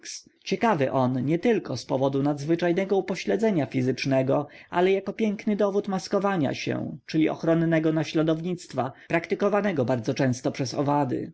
ciekawy on nietylko z powodu nadzwyczajnego upośledzenia fizycznego ale jako piękny dowód maskowania się czyli ochronnego naśladownictwa praktykowanego bardzo często przez owady